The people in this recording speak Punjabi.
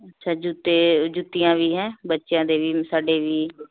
ਅੱਛਾ ਜੁੱਤੇ ਜੁੱਤੀਆਂ ਵੀ ਹੈਂ ਬੱਚਿਆਂ ਦੇ ਵੀ ਸਾਡੇ ਵੀ